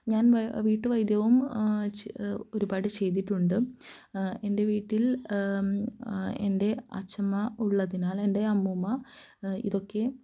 ഞാന് വീട്ടു വൈദ്യവും ഒരുപാട് ചെയ്തിട്ടുണ്ട് എന്റെ വീട്ടില് എന്റെ അച്ഛമ്മ ഉള്ളതിനാലെന്റെ അമ്മൂമ്മ ഇതൊക്കെ